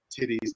titties